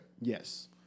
Yes